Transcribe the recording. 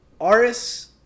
Aris